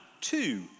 two